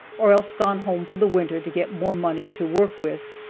or else gone home for the winter to get more money to work with.